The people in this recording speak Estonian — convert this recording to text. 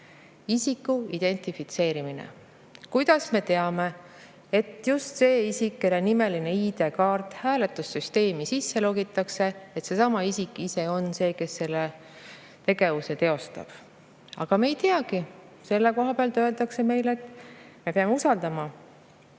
isiku identifitseerimine. Kuidas me teame, et just see isik, kelle ID‑kaart hääletussüsteemi sisse logitakse, on see, kes selle tegevuse teostab? Aga me ei teagi. Selle koha pealt öeldakse meile, et me peame usaldama.